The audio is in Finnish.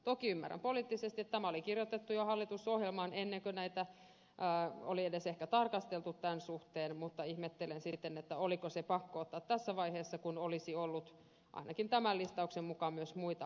toki ymmärrän tämän poliittisesti tämä oli kirjoitettu jo hallitusohjelmaan ennen kuin näitä oli edes ehkä tarkasteltu tämän suhteen mutta ihmettelen sitten oliko se pakko ottaa tässä vaiheessa kun olisi ollut ainakin tämän listauksen mukaan myös muita mahdollisuuksia